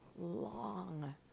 long